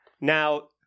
Now